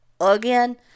again